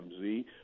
MZ